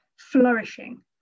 flourishing